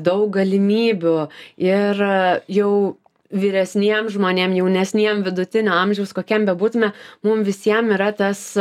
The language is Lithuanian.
daug galimybių ir jau vyresniem žmonėm jaunesniem vidutinio amžiaus kokiam bebūtume mums visiem yra tas